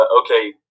okay